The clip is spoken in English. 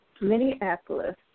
Minneapolis